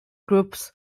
groups